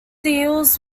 deals